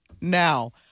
now